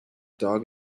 dog